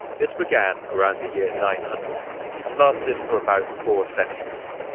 this began around the year nine hundred and lasted for about four centuries,